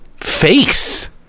face